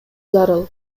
зарыл